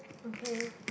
okay